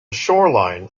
shoreline